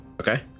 Okay